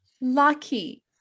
lucky